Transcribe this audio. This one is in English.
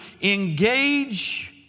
engage